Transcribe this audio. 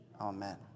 Amen